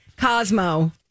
Cosmo